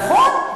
נכון?